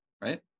right